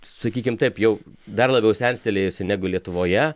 sakykim taip jau dar labiau senstelėjusi negu lietuvoje